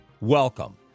Welcome